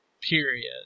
Period